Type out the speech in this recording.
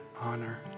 honor